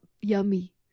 Yummy